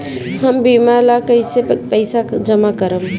हम बीमा ला कईसे पईसा जमा करम?